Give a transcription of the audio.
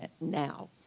now